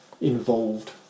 involved